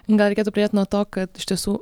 gal reikėtų pradėt nuo to kad iš tiesų